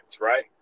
right